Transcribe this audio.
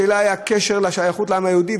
השאלה היא הקשר והשייכות של העם היהודי,